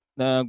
na